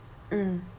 mm